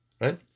right